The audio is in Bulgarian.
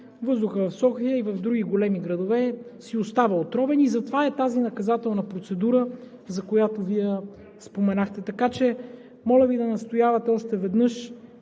въздухът в София и в други големи градове си остава отровен. Затова е и тази наказателна процедура, за която Вие споменахте. Така че, моля Ви да настоявате още веднъж